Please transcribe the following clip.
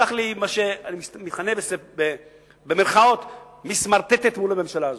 סלח לי, מה שאני מכנה "מתסמרטטת" מול הממשלה הזו.